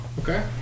Okay